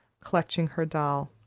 clutching her doll.